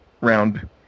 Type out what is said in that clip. round